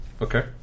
Okay